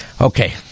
Okay